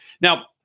Now